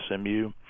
SMU